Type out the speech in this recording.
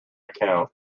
account